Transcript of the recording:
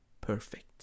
perfect